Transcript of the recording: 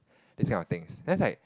this kind of things then I like